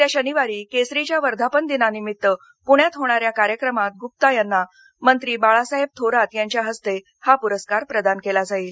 येत्या शनिवारी केसरीच्या वर्धापन दिनानिमित्त पृण्यात होणाऱ्या कार्यक्रमात गुप्ता यांना मंत्री बाळासाहेब थोरात यांच्या हस्ते हा पुरस्कार प्रदान केला जाईल